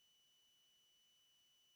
Hvala